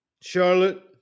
charlotte